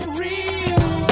real